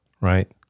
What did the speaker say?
Right